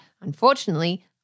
unfortunately